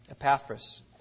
Epaphras